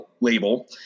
label